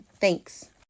Thanks